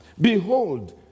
Behold